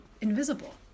invisible